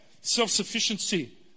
self-sufficiency